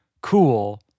cool